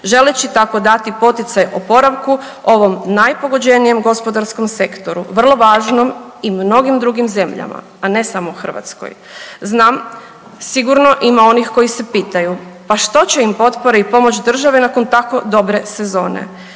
želeći tako dati poticaj oporavku ovom najpogođenijem gospodarskom sektoru vrlo važnom i mnogim drugim zemljama, a ne samo Hrvatskoj. Znam, sigurno ima onih koji se pitaju, pa što će im potpore i pomoć države nakon tako dobre sezone.